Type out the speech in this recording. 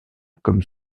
comme